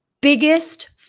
biggest